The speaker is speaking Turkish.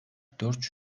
dört